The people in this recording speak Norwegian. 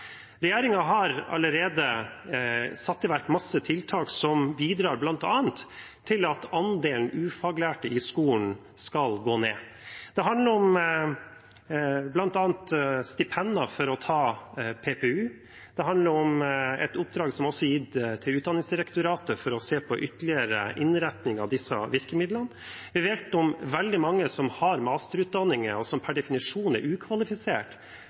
har allerede satt i verk mange tiltak som bl.a. bidrar til at andelen ufaglærte i skolen vil gå ned. Det handler om bl.a. stipender for å ta praktisk-pedagogisk utdanning, PPU, og det handler om et oppdrag som også er gitt til Utdanningsdirektoratet, om å se på ytterligere innretning av disse virkemidlene. Vi vet om veldig mange som har masterutdanning – og som per definisjon er